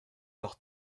par